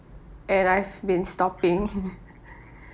and I've been stopping